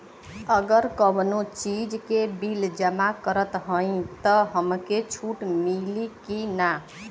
अगर कउनो चीज़ के बिल जमा करत हई तब हमके छूट मिली कि ना?